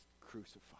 crucified